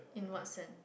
in what sense